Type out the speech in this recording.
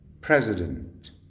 president